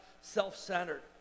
self-centered